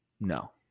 no